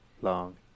long